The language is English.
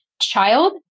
child